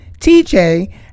TJ